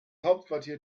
hauptquartier